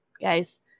Guys